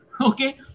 Okay